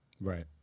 Right